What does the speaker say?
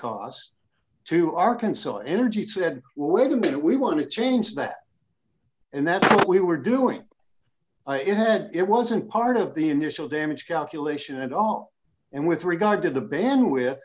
cost to arkansas energy said wait a minute we want to change that and that's what we were doing it had it wasn't part of the initial damage calculation at all and with regard to the ban with